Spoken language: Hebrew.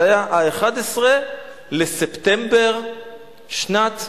זה היה ב-11 בספטמבר שנת